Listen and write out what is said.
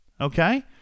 Okay